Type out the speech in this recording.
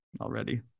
already